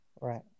right